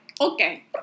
Okay